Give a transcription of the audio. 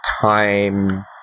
time